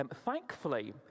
Thankfully